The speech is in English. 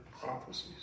prophecies